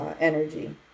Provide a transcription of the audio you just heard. energy